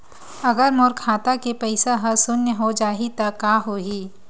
अगर मोर खाता के पईसा ह शून्य हो जाही त का होही?